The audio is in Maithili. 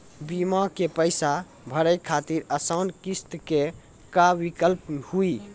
बीमा के पैसा भरे खातिर आसान किस्त के का विकल्प हुई?